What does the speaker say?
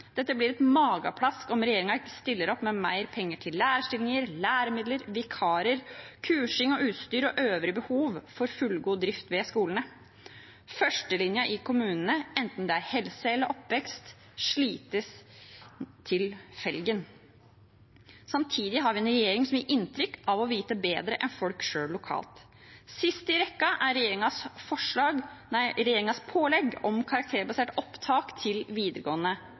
Dette blir et mageplask om regjeringen ikke stiller opp med mer penger til lærerstillinger, læremidler, vikarer, kursing, utstyr og øvrige behov for fullgod drift ved skolene. Førstelinjen i kommunene, enten det er helse eller oppvekst, slites til felgen. Samtidig har vi en regjering som gir inntrykk av å vite bedre enn folk selv lokalt. Sist i rekken er regjeringens pålegg om karakterbasert opptak til videregående